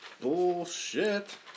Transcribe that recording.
Bullshit